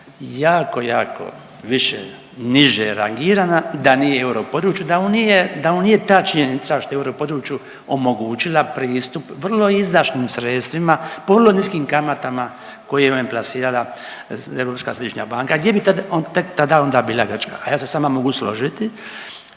jako, jako više, niže rangirana da nije u europodručju da mu nije, da mu nije ta činjenica što je u europodručju omogućila pristup vrlo izdašnim sredstvima po vrlo niskim kamatama koje im je plasirala Europska središnja banka. Gdje bi tad, tek tada onda bila Grčka? A ja se s vama mogu složiti